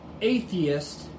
atheist